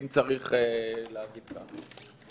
אם צריך להגיד ככה.